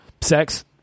sex